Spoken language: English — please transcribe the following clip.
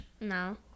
No